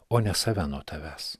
o ne save nuo tavęs